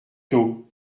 tôt